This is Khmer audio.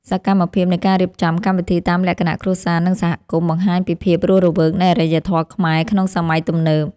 សកម្មភាពនៃការរៀបចំកម្មវិធីតាមលក្ខណៈគ្រួសារនិងសហគមន៍ បង្ហាញពីភាពរស់រវើកនៃអរិយធម៌ខ្មែរក្នុងសម័យទំនើប។